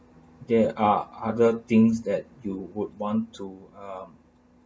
there are other things that you would want to um